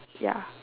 ya